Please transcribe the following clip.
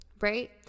right